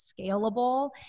scalable